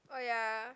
oh ya